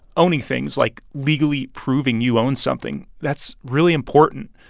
owning things like, legally proving you own something that's really important.